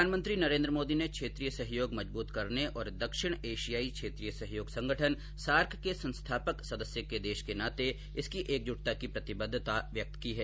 प्रधानमंत्री नरेन्द्र मोदी ने क्षेत्रीय सहयोग मजबूत करने और दक्षिण एशियाई क्षेत्रीय सहयोग संगठन सार्क के संस्थापक सदस्य देश के नाते इसकी एकजुटता की प्रतिबद्वता व्यक्त की है